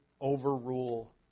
overrule